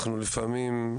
גם כאן,